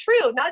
true